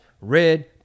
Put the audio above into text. red